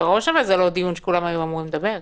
מראש זה לא דיון שכולם היו אמורים לדבר בו.